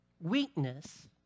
weakness